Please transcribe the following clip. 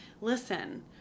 listen